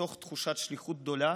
מתוך תחושת שליחות גדולה